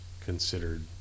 considered